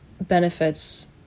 benefits